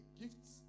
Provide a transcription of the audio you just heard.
gifts